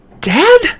Dad